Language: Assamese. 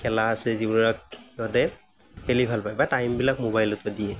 খেলা আছে যিবোৰক সিহঁতে খেলি ভাল পায় বা টাইমবিলাক মোবাইলক দিয়ে